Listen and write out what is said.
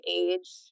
age